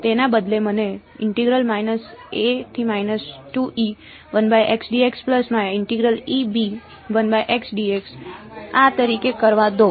તેના બદલે મને આ તરીકે કરવા દો